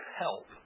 help